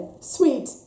sweet